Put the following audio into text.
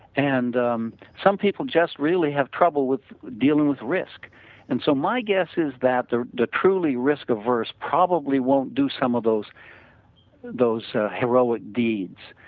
and um some people just really have with dealing with risk and so my guess is that the the truly risk averse probably won't do some of those those so heroic deeds.